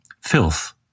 filth